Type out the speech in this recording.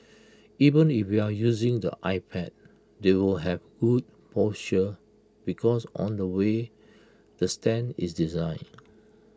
even if you're using the iPad they will have good posture because on the way the stand is designed